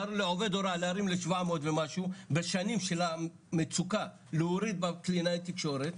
להעלות ל-700 ומשהו בשנים של המצוקה להוריד בקלינאי תקשורת.